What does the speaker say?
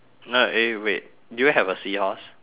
no eh wait do you have a seahorse